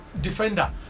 defender